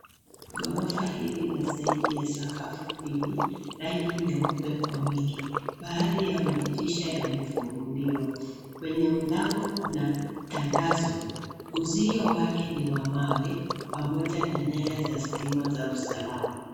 Ghorofa hili la zaidi ya sakafu mbili rangi nyeupe kwa wingi . Baadhi ya madirisha yamefunguliwa. Kwenye mlango kuna tangazo. Uzio wake ni wa mawe pamoja na nyaya za stima za usalama.